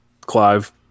clive